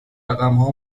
رقمها